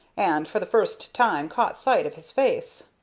and, for the first time, caught sight of his face.